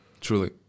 truly